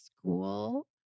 school